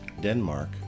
Denmark